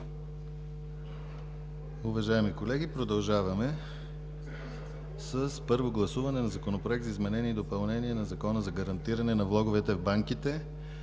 благодаря